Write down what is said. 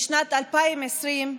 בשנת 2020,